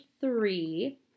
three